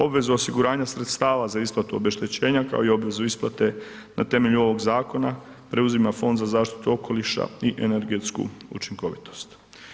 Obvezu osiguranja sredstava za isplatu obeštećenja kao i obvezu isplate na temelju ovog zakona preuzima Fond za zaštitu okoliša i energetsku učinkovitost.